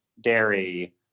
dairy